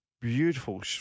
beautiful